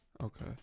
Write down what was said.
Okay